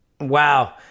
Wow